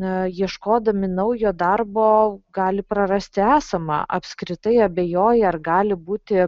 ieškodami naujo darbo gali prarasti esamą apskritai abejoja ar gali būti